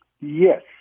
Yes